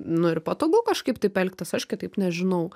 nu ir patogu kažkaip taip elgtis aš kitaip nežinau